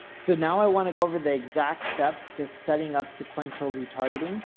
so now i want to go over the exact steps to setting up sequential retargeting.